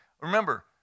Remember